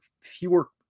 fewer